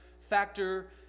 factor